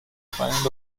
find